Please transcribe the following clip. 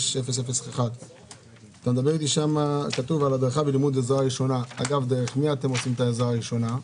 206001. הדרכה ולימוד עזרה ראשונה דרך מי אתם עושים את העזרה הראשונה?